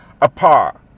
apart